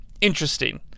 interesting